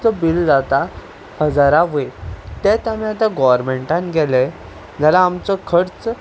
चो बिल जाता हजारां वयर तेंच आमी आतां गव्हर्नमेंटान गेले जाल्यार आमचो खर्च